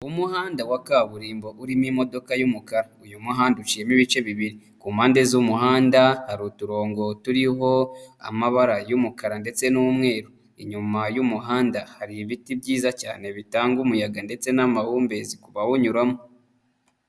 Umuhanda wa kaburimbo urimo imodoka y'umukara. Uyu muhanda uciyemo ibice bibiri. Ku mpande z'umuhanda hari uturongo turiho amabara y'umukara ndetse n'umweru. Inyuma y'umuhanda hari ibiti byiza cyane bitanga umuyaga ndetse n'amahumbezi ku bawunyuramo.